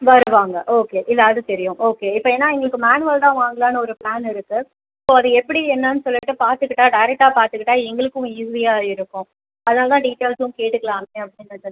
வருவாங்க ஓகே இல்லை அது தெரியும் ஓகே இப்போ ஏனால் எங்களுக்கு மேனுவல் தான் வாங்கலாம்னு ஒரு பிளான் இருக்குது இப்போ அது எப்படி என்னென்னு சொல்லிட்டு பார்த்துக்கிட்டா டேரக்ட்டாக பார்த்துக்கிட்டா எங்களுக்கும் ஈஸியாக இருக்கும் அதனால் தான் டீட்டெயில்ஸும் கேட்டுக்கலாமே அப்படின்றதுக்கு